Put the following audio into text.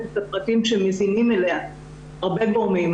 את הפרטים שמזינים אליה הרבה גורמים,